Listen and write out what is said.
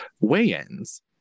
weigh-ins